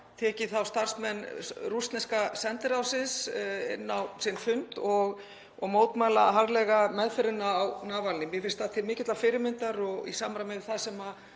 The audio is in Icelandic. tekið starfsmenn rússneska sendiráðsins inn á sinn fund og mótmælt harðlega meðferðinni á Navalny. Mér finnst það til mikillar fyrirmyndar og í samræmi við það sem